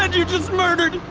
ah you just murdered.